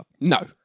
No